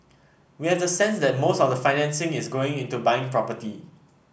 we have the sense that most of the financing is going into buying property